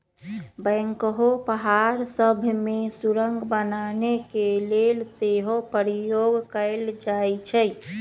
backhoe पहाड़ सभ में सुरंग बनाने के लेल सेहो प्रयोग कएल जाइ छइ